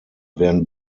werden